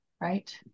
right